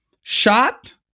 shot